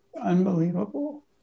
Unbelievable